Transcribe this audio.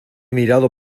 mirado